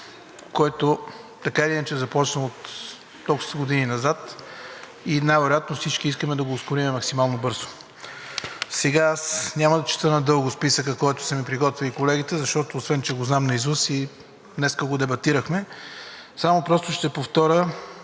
който така или иначе е започнал от доста години назад, и най-вероятно всички искаме да го ускорим максимално бързо. Сега няма да чета надълго списъка, който са ми приготвили колегите, защото, освен че го знам наизуст и днес го дебатирахме, само ще повторя